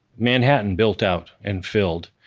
manhattan built out and filled,